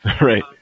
Right